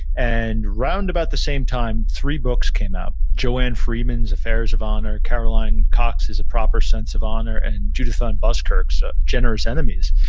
and round about the same time, three books came out, joanne freeman's affairs of honor, caroline cox's a proper sense of honor, and judith van and buskirk's ah generous enemies,